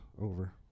over